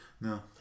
No